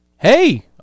Hey